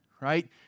right